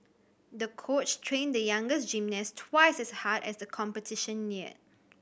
the coach trained the younger gymnast twice as hard as the competition neared